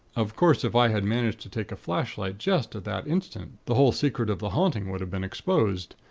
of course, if i had managed to take a flashlight just at that instant, the whole secret of the haunting would have been exposed.